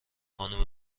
خانم